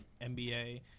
NBA